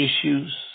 issues